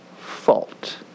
fault